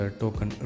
token